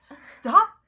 stop